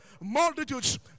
multitudes